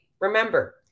Remember